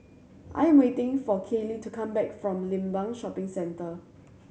I'm waiting for Kayley to come back from Limbang Shopping Centre